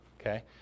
okay